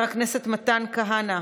חבר הכנסת מתן כהנא,